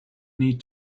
need